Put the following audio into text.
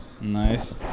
Nice